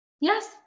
Yes